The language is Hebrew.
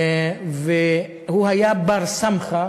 והוא היה בר-סמכא,